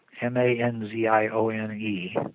M-A-N-Z-I-O-N-E